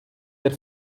der